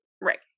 Right